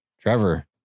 Trevor